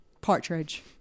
Partridge